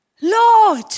Lord